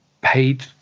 paid